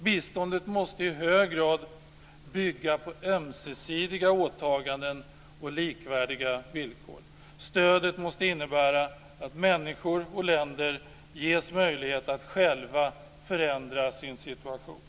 Biståndet måste i hög grad bygga på ömsesidiga åtaganden och likvärdiga villkor. Stödet måste innebära att människor och länder ges möjlighet att själva förändra sin situation.